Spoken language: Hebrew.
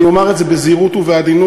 אני אומר את זה בזהירות ובעדינות,